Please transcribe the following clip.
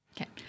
Okay